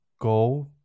go